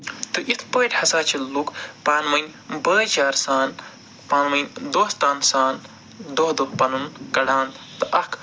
تہٕ یِتھ پٲٹھۍ ہَسا چھِ لُکھ پانہٕ ؤنۍ بٲے چار سان پانہٕ ؤنی دوستان سان دۄہ دۄہ پَنُن کَڑان تہٕ اَکھ